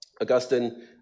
Augustine